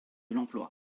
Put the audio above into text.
l’emploi